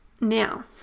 now